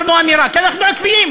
אמרנו אמירה כי אנחנו עקביים,